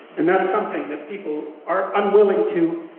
and that's something that people are unwilling to